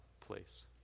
place